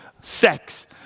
sex